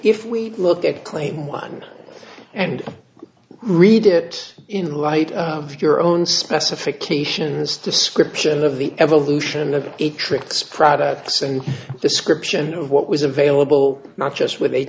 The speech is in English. if we look at claim one and read it in light of your own specifications description of the evolution of a trix products and description of what was available not just with